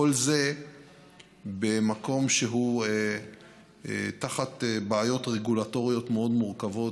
כל זה במקום שהוא תחת בעיות רגולטוריות מאוד מורכבות,